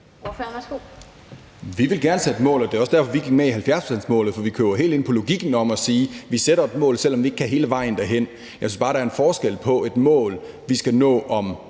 Vi vil gerne sætte mål, og det er også derfor, vi gik med i 70-procentsmålet, for vi køber helt ind på logikken om at sige, at vi sætter et mål, selv om vi ikke kan nå hele vejen derhen. Jeg synes bare, der er en forskel på et mål, vi skal nå om